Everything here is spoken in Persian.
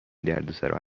دردسرا